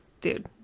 dude